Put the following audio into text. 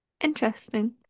Interesting